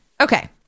Okay